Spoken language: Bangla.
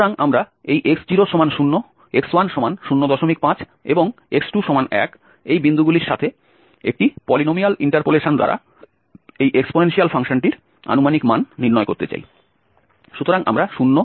সুতরাং আমরা এই x00 x105 এবং x21 এই বিন্দুগুলির সাথে একটি পলিনোমিয়াল ইন্টারপোলেশন দ্বারা এই এক্সপোনেনশিয়াল ফাংশনটির আনুমানিক মান নির্ণয় করতে চাই